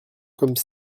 comme